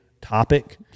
topic